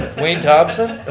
wayne thomson?